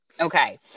okay